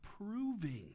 proving